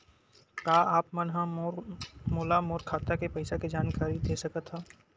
का आप मन ह मोला मोर खाता के पईसा के जानकारी दे सकथव?